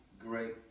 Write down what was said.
great